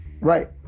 Right